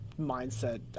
mindset